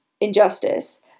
injustice